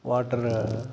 water